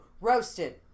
Roasted